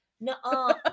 No